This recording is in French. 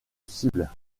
cible